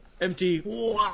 Empty